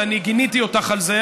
ואני גיניתי אותך על זה,